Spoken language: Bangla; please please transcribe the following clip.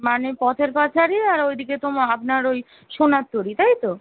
মানে পথের পাঁচালী আর ওইদিকে তোমার আপনার ওই সোনার তরী তাই তো